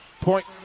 Point